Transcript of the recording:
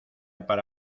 para